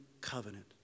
covenant